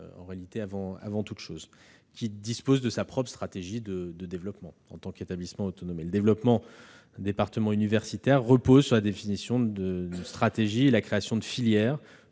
prérogative de l'université, qui dispose de sa propre stratégie de développement en tant qu'établissement autonome. Le développement de départements universitaires repose sur la définition d'une stratégie et la création de filières